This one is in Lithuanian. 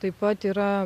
taip pat yra